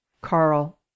Carl